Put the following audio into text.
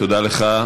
תודה לך.